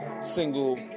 Single